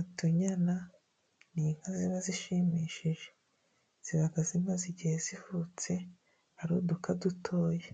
Utunyana ni inka ziba zishimishije, ziba zimaze igihe zivutse ari uduka dutoya,